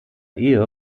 ehe